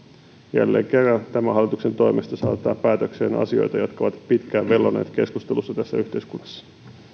jälleen kerran tämän hallituksen toimesta saatetaan päätökseen asioita jotka ovat pitkään velloneet keskusteluissa tässä yhteiskunnassa